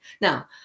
now